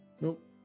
Nope